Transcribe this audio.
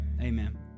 amen